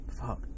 fuck